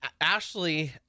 Ashley